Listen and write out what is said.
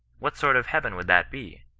what sort of heaven would that be,